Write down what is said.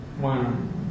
one